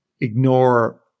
ignore